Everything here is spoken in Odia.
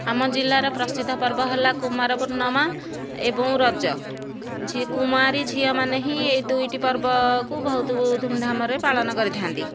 ଆମ ଜିଲ୍ଲାର ପ୍ରସିଦ୍ଧ ପର୍ବ ହେଲା କୁମାରପୂର୍ଣ୍ଣିମା ଏବଂ ରଜ କୁମାରୀ ଝିଅମାନେ ହିଁ ଏଇ ଦୁଇଟି ପର୍ବକୁ ବହୁତ ଧୁମଧାମରେ ପାଳନ କରିଥାନ୍ତି